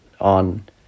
on